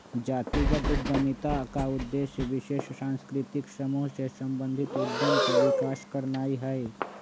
जातिगत उद्यमिता का उद्देश्य विशेष सांस्कृतिक समूह से संबंधित उद्यम के विकास करनाई हई